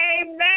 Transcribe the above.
Amen